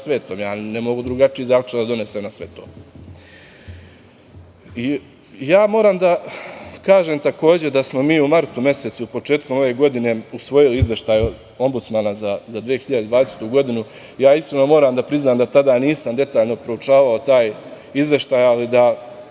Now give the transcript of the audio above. Ja ne mogu drugačiji zaključak da donesem na sve to. Moram da kažem, takođe, da smo mi u martu mesecu, početkom ove godine, usvojili izveštaj Ombudsmana za 2020. godinu. Iskreno moram da priznam da tada nisam detaljno proučavao taj izveštaj, ali da